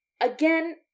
again